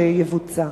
שיבוצע.